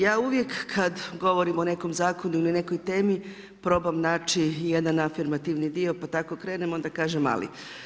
Ja uvijek kad govorim o nekom zakonu ili nekoj temi probam naći jedan afirmativni dio pa tako krenem, onda kažem ali.